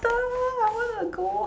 I wanna go